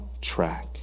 track